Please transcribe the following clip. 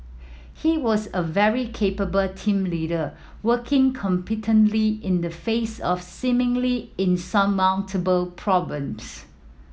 he was a very capable team leader working competently in the face of seemingly insurmountable